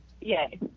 Yay